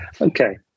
Okay